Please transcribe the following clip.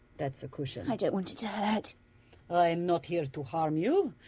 that's a cushion. i don't want it to hurt. i'm not here to harm you.